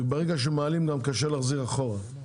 וברגע שמעלים, גם קשה להחזיר אחורה.